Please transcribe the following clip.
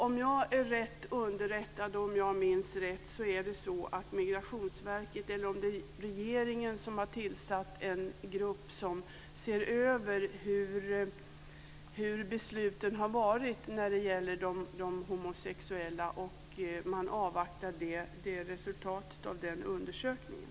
Om jag är rätt underrättad och om jag minns rätt har Migrationsverket, eller om det är regeringen, tillsatt en grupp som ser över hur besluten har varit när det gäller de homosexuella. Man avvaktar resultatet av den undersökningen.